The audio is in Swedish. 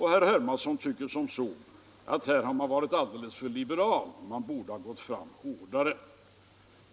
Herr Hermansson tycker att här har man varit alldeles för liberal — man borde ha gått fram hårdare.